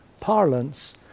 parlance